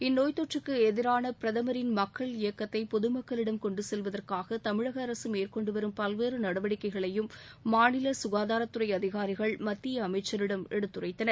இந்நோய்த் தொற்றுக்கு எதிரான பிரதமரின் மக்கள் இயக்கத்தை பொது மக்களிடம் கொண்டுசெல்வதற்காக தமிழக அரக மேற்கொண்டுவரும் பல்வேறு நடவடிக்கைகளையும் மாநில சுகாதாரத்துறை அதிகாரிகள் மத்திய அமைச்சரிடம் எடுத்துரைத்தனர்